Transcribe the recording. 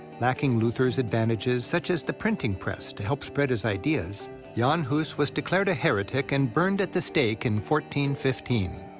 lacking luther's advantages such as the printing press, to help spread his ideas jan hus was declared a heretic and burned at the stake in one fifteen.